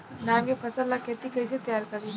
धान के फ़सल ला खेती कइसे तैयार करी?